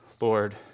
Lord